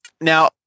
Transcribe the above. Now